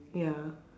ya